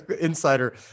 insider